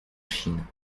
chine